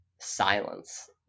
silence